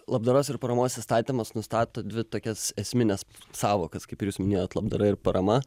labdaros ir paramos įstatymas nustato dvi tokias esmines sąvokas kaip ir jūs minėjot labdara ir parama